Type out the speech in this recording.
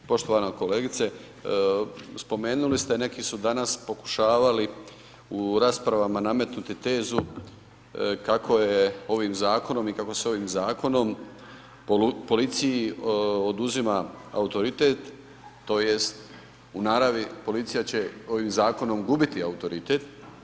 Poštovana kolegice, spomenuli ste, neki su danas pokušavali u raspravama nametnuti tezu kako je ovim zakonom i kako se ovim zakonom policiji oduzima autoritet tj. u naravi policija će ovim zakonom gubiti autoritet.